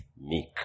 meek